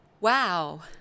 wow